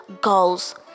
goals